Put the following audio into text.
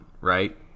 right